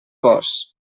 cos